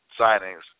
signings